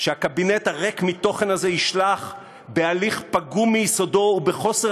שהקבינט הריק מתוכן הזה ישלח בהליך פגום מיסודו ובחוסר